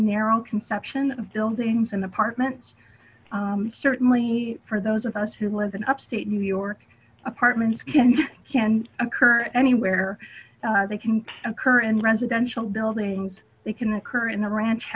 narrow conception of buildings and apartments certainly for those of us who live in upstate new york apartments can can occur anywhere they can occur in residential buildings they can occur in the ranch